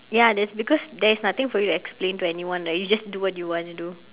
ya that's because there is nothing for you to explain to anyone right you just do what you want to do